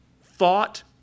thought